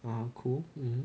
(uh huh) 哭 um